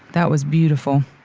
that was beautiful,